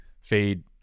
fade